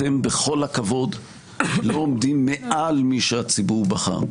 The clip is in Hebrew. אתם בכל הכבוד לא עומדים מעל מי שהציבור בחר.